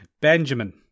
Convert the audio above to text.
Benjamin